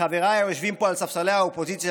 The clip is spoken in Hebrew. מחבריי היושבים פה על ספסלי האופוזיציה,